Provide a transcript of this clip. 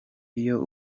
iyo